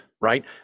right